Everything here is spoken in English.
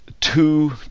two